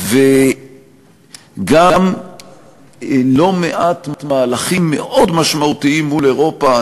גם לא מעט מהלכים מאוד משמעותיים מול אירופה.